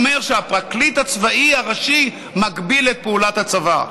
ואומר שהפרקליט הצבאי הראשי מגביל את פעולת הצבא.